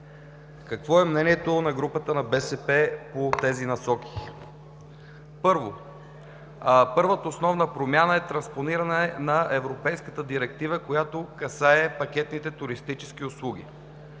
Какво е мнението на групата на БСП по тези насоки? Първо, първата основна промяна е транспониране на Европейската директива, която касае пакетните туристически услуги.